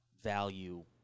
value